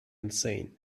insane